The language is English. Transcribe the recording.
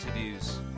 interviews